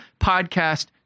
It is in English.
podcast